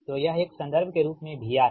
तो यह एक संदर्भ के रूप में VR है